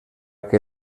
que